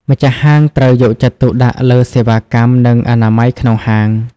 ម្ចាស់ហាងត្រូវយកចិត្តទុកដាក់លើសេវាកម្មនិងអនាម័យក្នុងហាង។